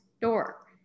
door